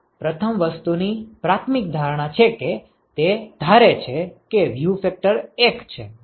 તેથી તે પ્રથમ વસ્તુની પ્રાથમિક ધારણા છે કે તમે તે ધારે છે કે વ્યૂ ફેક્ટર 1 છે